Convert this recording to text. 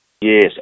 Yes